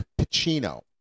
Pacino